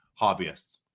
hobbyists